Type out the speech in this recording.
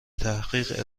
تحقیق